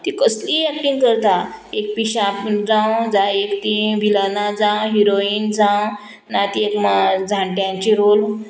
ती कसलीय एक्टींग करता एक पिशा जावं जाय एक ती विलना जावं हिरोइन जावं ना ती एक जाणट्यांची रोल